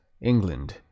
England